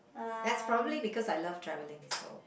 that's probably because I love travelling so